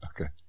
Okay